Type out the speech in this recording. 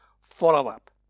follow-up